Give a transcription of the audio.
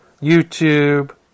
YouTube